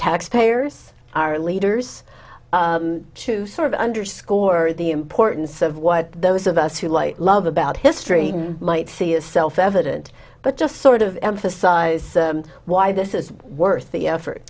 taxpayers our leaders to sort of underscore the importance of what those of us who light love about history might see is self evident but just sort of emphasize why this is worth the effort